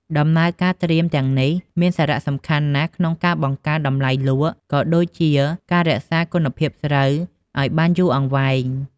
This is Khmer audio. ដំណើរការត្រៀមទាំងនេះមានសារៈសំខាន់ណាស់ក្នុងការបង្កើនតម្លៃលក់ ក៏ដូចជាការរក្សាគុណភាពស្រូវឲ្យបានយូរអង្វែង។